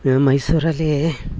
ಮೈಸೂರಲ್ಲಿ